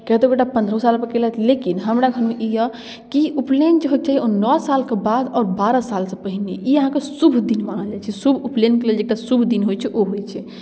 कते गोटा पन्द्रहो सालपर कयलथि लेकिन हमरा घरमे ई यऽ कि उपनयन जे होइके चाही ओ नओ सालके बाद आओर बारह सालसँ पहिने ई अहाँके शुभ दिन मानल जाइ छै शुभ उपनयनके लेल जे एकटा शुभ दिन होइ छै ओ होइ छै